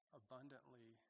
abundantly